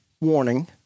warning